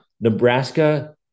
Nebraska